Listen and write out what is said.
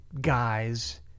guys